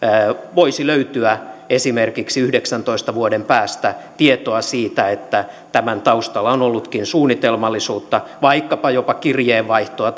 voisi löytyä esimerkiksi yhdeksäntoista vuoden päästä tietoa siitä että tämän taustalla on ollutkin suunnitelmallisuutta vaikkapa jopa kirjeenvaihtoa